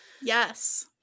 Yes